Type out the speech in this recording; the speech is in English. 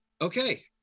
Okay